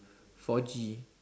four G